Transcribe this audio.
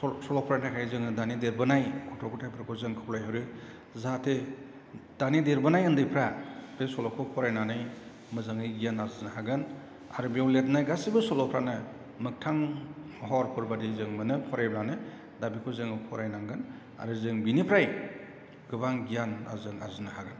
सल' फरायनो थाखाय जोङो दानि देरबोनाय गथ' ग'थायफोरखौ जों खावलायहरो जाहाथे दानि देरबोनाय उन्दैफ्रा बे सल'खौ फरायनानै मोजाङै गियान आरजिनो हागोन आरो बेयाव लिरनाय गासैबो सल'फ्रानो मोगथां महरफोर बायदि जों मोनो फरायबानो दा बिखौ जों फरायनांगोन आरो जों बिनिफ्राय गोबां गियान आरजि आरजिनो हागोन